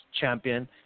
Champion